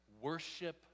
worship